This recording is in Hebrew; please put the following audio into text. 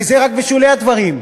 וזה רק בשולי הדברים.